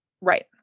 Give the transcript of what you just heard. Right